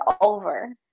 over